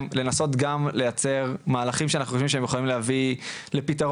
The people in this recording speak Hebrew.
לנסות גם לייצר מהלכים שאנחנו חושבים שהם יכולים להביא לפתרון,